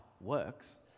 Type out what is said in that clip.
Works